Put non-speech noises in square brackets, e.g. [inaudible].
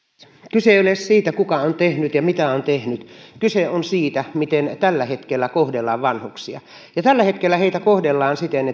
kyse ei ole siitä kuka on tehnyt ja mitä on tehnyt kyse on siitä miten tällä hetkellä kohdellaan vanhuksia ja tällä hetkellä heitä kohdellaan siten [unintelligible]